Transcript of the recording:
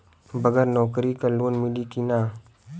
बगर नौकरी क लोन मिली कि ना?